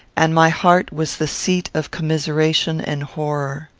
and my heart was the seat of commiseration and horror.